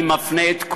אני מפנה את כולם,